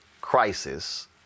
crisis